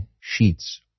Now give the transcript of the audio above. Sheets